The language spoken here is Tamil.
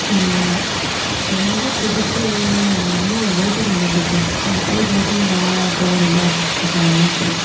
ரொம்ப பிடித்தது அங்கேன்னா போட்டிங் ரொம்ப பிடிக்கும் அங்கே போய் போட்டிங் போக போக ரொம்ப ஆசைப்பட்ருக்கேன் அதனால அங்கே பிடிக்கும்